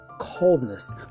coldness